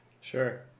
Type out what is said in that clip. sure